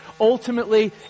Ultimately